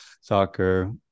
soccer